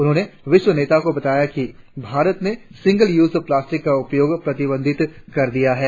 उन्होंने विश्व नेताओं को बताया कि भारत ने सिंगल यूज प्लास्टिक का उपयोग प्रतिबंधित कर दिया है